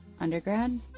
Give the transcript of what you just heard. undergrad